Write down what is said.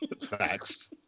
Facts